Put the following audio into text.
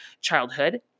childhood